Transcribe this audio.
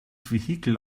vehikel